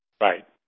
Right